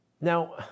Now